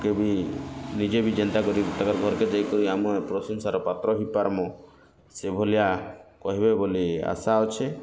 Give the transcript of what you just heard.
କିଏ ବି ନିଜେ ବି ଯେନ୍ତା କରି ତାଙ୍କେ ଘର୍କେ ଯାଇ କରି ଆମର୍ ପ୍ରଶଂସାର ପାତ୍ର ହେଇପାର୍ମୋ ସେ ଭଳିଆ କହିବେ ବୋଲି ଆଶା ଅଛି